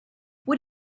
what